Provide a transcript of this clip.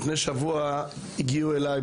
לפני שבוע הם הגיעו אליי,